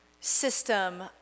system